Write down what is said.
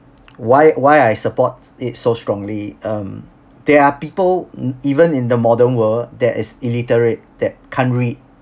why why I support it so strongly um there are people mm even in the modern world that is illiterate that can't read